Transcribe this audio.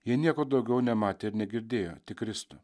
jie nieko daugiau nematė ir negirdėjo tik kristų